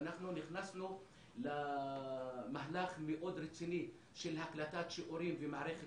אנחנו נכנסנו למהלך מאוד רציני של הקלטת שיעורים ומערכת